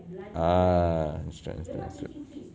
ah understood understood understood